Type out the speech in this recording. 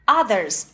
others